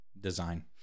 design